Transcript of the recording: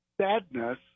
sadness